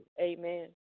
Amen